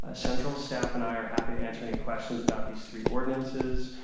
ah central staff and i are happy to answer any questions about these three ordinances.